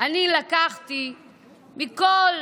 אני לקחתי מכל